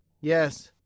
Yes